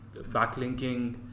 backlinking